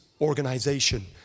organization